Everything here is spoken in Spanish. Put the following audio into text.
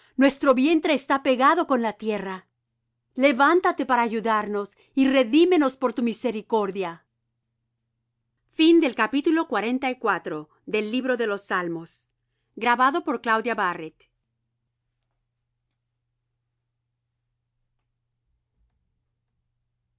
nuestro vientre está pegado con la tierra levántate para ayudarnos y redímenos por tu misericordia